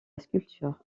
sculpture